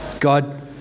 God